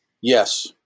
Yes